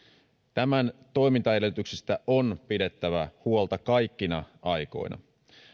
tämän toimintaedellytyksistä on pidettävä huolta kaikkina aikoina